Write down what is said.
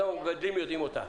שגם המגדלים יודעים אותה,